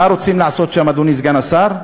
מה רוצים לעשות שם, אדוני סגן השר?